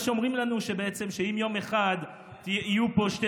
מה שאומרים לנו הוא שאם יום אחד יהיו פה שתי